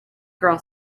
girl